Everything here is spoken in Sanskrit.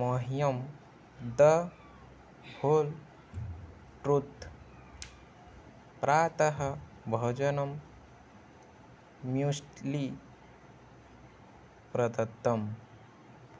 मह्यं द होल् त्रुत् प्रातः भोजनं म्यूस्ट्लि प्रदत्तम्